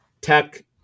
Tech